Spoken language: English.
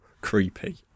creepy